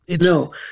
No